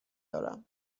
دارم